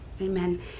Amen